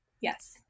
Yes